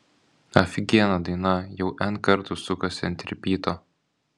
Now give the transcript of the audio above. afigiena daina jau n kartų sukasi ant ripyto